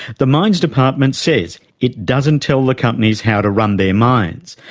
the mines department says it doesn't tell the companies how to run their mines,